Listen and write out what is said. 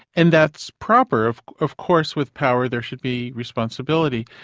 and that's proper of of course, with power there should be responsibility.